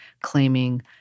claiming